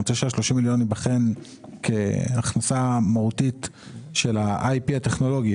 אני רוצה שה-30 מיליון שקלים ייבחנו כהכנסה מהותית של ה-IP הטכנולוגי.